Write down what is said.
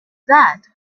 that